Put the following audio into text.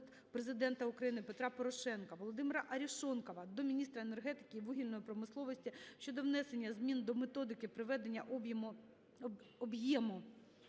Президента України Петра Порошенка. Володимира Арешонкова до міністра енергетики і вугільної промисловості щодо внесення змін до Методики приведення об'єму